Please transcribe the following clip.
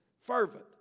fervent